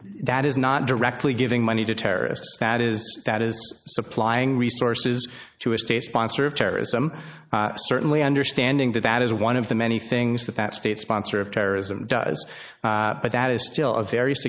that is not directly giving money to terrorists that is that is supplying resources to a state sponsor of terrorism certainly understanding that that is one of the many things that that state sponsor of terrorism does but that is still a very